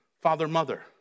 father-mother